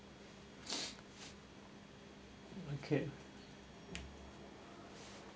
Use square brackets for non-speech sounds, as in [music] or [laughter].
[breath] okay